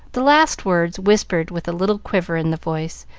the last words, whispered with a little quiver in the voice,